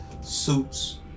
suits